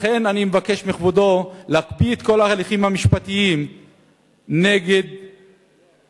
לכן אני מבקש מכבודו להקפיא את כל ההליכים המשפטיים נגד בניינים,